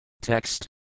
TEXT